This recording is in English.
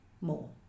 more